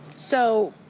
so,